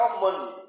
money